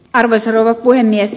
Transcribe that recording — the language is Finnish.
arvoisa rouva puhemies